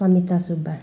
Sanita Subba